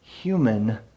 human